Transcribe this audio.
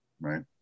right